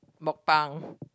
MukBang